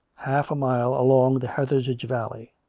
half a mile along the hathersage valley.